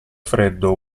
freddo